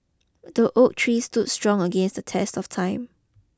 the oak tree stood strong against the test of time